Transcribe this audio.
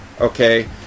okay